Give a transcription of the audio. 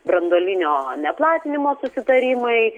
branduolinio neplatinimo susitarimai